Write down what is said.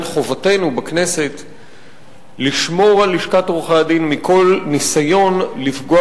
חובתנו בכנסת לשמור על לשכת עורכי-הדין מכל ניסיון לפגוע